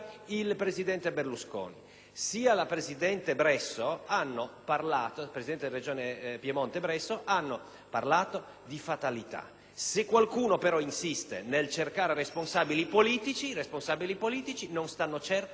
Sia il presidente Berlusconi, sia la presidente della Regione Piemonte Bresso hanno parlato di fatalità. Se qualcuno però insiste nel cercare responsabili politici, essi non stanno certo da questa parte del Parlamento,